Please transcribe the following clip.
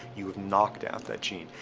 you have knocked out that gene.